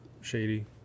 shady